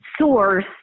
source